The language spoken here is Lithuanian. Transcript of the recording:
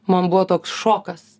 man buvo toks šokas